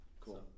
cool